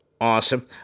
Awesome